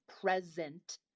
present